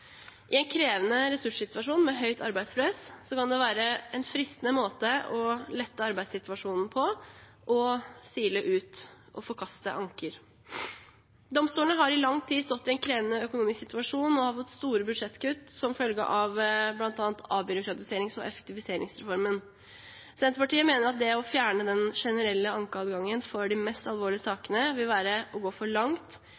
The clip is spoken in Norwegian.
I en krevende ressurssituasjon med høyt arbeidspress kan det være en fristende måte å lette arbeidssituasjonen på å sile ut og forkaste anker. Domstolene har i lang tid stått i en krevende økonomisk situasjon og har fått store budsjettkutt som følge av bl.a. avbyråkratiserings- og effektiviseringsreformen. Senterpartiet mener at det å fjerne den generelle ankeadgangen for de mest alvorlige